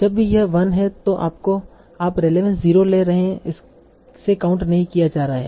जब भी यह 1 है तों आप रेलेवंस 0 ले रहे हैं इसे काउंट नहीं किया जा रहा है